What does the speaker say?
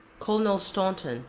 colonel staunton,